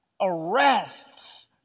arrests